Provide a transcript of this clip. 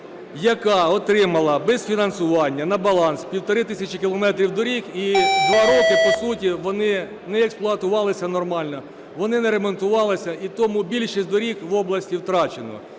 яка отримала без фінансування на баланс 1,5 тисячі кілометрів доріг, і два роки по суті вони не експлуатувалися нормально, вони не ремонтувалися, і тому більшість доріг в області втрачено.